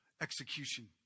execution